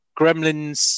Gremlins